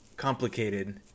complicated